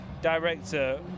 director